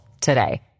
today